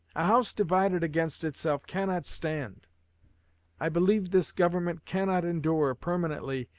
house divided against itself cannot stand i believe this government cannot endure, permanently,